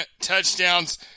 touchdowns